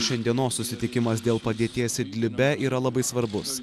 šios dienos susitikimas dėl padėties idlibe yra labai svarbus